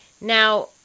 Now